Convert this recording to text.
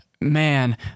Man